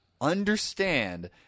understand